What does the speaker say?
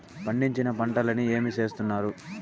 పండించిన పంటలని ఏమి చేస్తున్నారు?